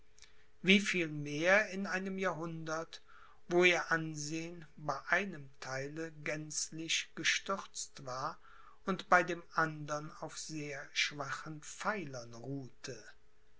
wie viel mehr in einem jahrhundert wo ihr ansehen bei einem theile gänzlich gestürzt war und bei dem andern auf sehr schwachen pfeilern ruhte